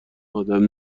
آدم